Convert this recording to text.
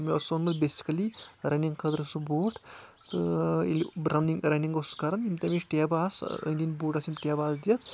مےٚ اوس اوٚنمُت بیسِکٔلی رَنِنٛگ خٲطرٕ سُہ بوٗٹھ تہٕ ییٚلہِ رنِنٛگ رَنِنٛگ اوس سُہ کَرَان یِم تَمِچ ٹیبہٕ آسہٕ أنٛدۍ أنٛدۍ بوٗٹھ ٲسۍ یِم ٹیبہٕ آسہٕ دِتھ